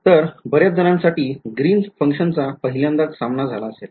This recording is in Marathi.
तर बऱ्याचजणांसाठी याग्रीनस फंक्शनचा पहिल्यांदाच सामना झाला असेल